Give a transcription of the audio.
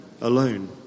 alone